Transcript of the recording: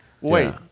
Wait